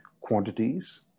quantities